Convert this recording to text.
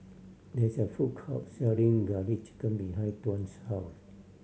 there is a food court selling Garlic Chicken behind Tuan's house